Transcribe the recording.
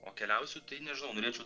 o keliausiu tai nežinau norėčiau